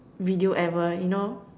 video ever you know